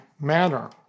manner